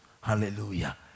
Hallelujah